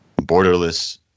borderless